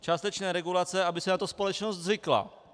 Částečné regulace, aby si na to společnost zvykla.